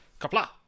Kapla